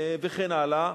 וכן הלאה,